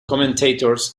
commentators